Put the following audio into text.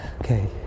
Okay